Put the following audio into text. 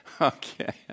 Okay